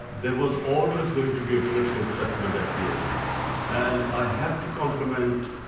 there was always going to be a political settlement at the end and i have to compliment